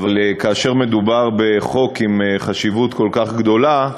אבל כאשר מדובר בחוק בעל חשיבות כל כך גדולה,